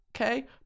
okay